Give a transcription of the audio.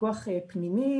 וויכוח פנימי.